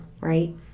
right